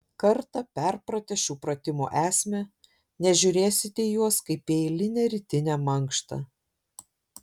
kartą perpratę šių pratimų esmę nežiūrėsite į juos kaip į eilinę rytinę mankštą